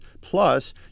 Plus